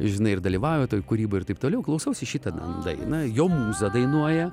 žinai ir dalyvauja toj kūryboj ir taip toliau klausausi šitą dainą jo mūza dainuoja